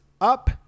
up